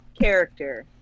character